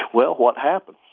well, what happened?